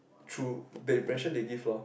through the impression they give lor